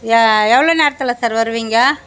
எவ்வளோ நேரத்துல சார் வருவீங்க